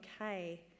okay